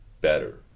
better